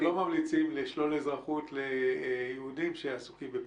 שאתם לא ממליצים לשלול אזרחות ליהודים שעסוקים בפלילים.